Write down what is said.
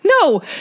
No